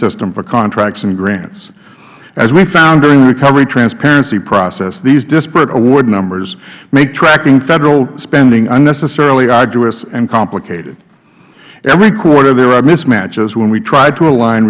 system for contracts and grants as we found during the recovery transparency process these disparate award numbers make tracking federal spending unnecessarily arduous and complicated every quarter there are mismatches when we try to align